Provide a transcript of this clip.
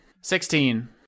Sixteen